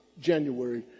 January